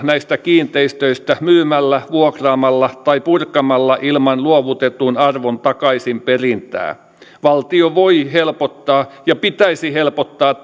näistä kiinteistöistä myymällä vuokraamalla tai purkamalla ilman luovutetun arvon takaisinperintää valtio voi helpottaa ja pitäisi helpottaa